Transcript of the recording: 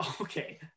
Okay